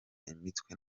imitwe